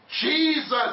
Jesus